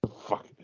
fuck